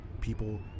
People